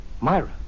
Myra